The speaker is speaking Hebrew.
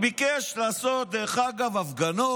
הוא ביקש לעשות הפגנות